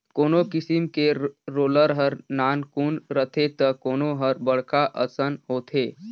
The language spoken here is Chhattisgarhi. कोनो किसम के रोलर हर नानकुन रथे त कोनो हर बड़खा असन होथे